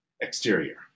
exterior